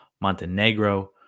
Montenegro